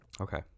Okay